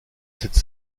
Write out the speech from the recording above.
cette